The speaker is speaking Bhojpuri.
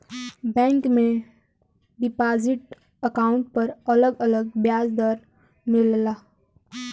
बैंक में डिपाजिट अकाउंट पर अलग अलग ब्याज दर मिलला